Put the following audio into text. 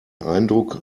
eindruck